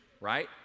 right